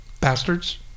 bastards